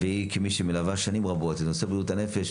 כמי שמלווים שנים רבות את נושא בריאות הנפש,